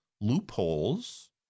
Loopholes